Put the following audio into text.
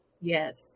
Yes